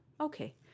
Okay